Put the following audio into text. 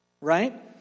right